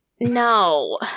No